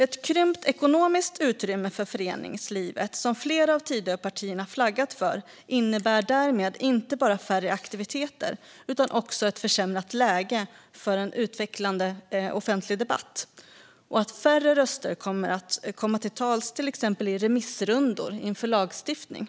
Ett krympt ekonomiskt utrymme för föreningslivet, som flera av Tidöpartierna flaggat för, innebär därmed inte bara färre aktiviteter utan också ett försämrat läge för en utvecklande offentlig debatt och att färre röster kommer att komma till tals i till exempel remissrundor inför lagstiftning.